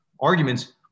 arguments